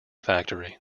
factory